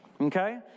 Okay